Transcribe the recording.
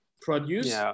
produce